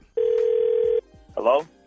Hello